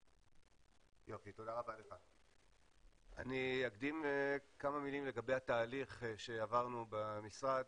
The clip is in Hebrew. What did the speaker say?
אני אקדים כמה מילים לגבי התהליך שעברנו במשרד,